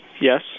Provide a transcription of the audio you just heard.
Yes